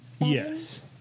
Yes